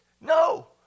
No